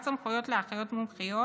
הרחבת סמכויות לאחיות מומחיות